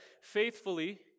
faithfully